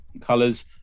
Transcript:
colors